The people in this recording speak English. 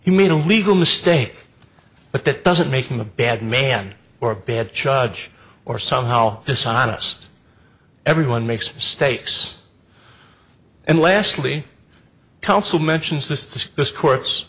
he made a legal mistake but that doesn't make him a bad man or a bad charge or somehow dishonest everyone makes mistakes and leslie counsel mentions this to this court's